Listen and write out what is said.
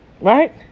right